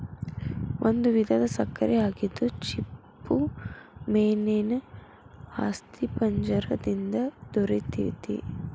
ಒಂದು ವಿಧದ ಸಕ್ಕರೆ ಆಗಿದ್ದು ಚಿಪ್ಪುಮೇನೇನ ಅಸ್ಥಿಪಂಜರ ದಿಂದ ದೊರಿತೆತಿ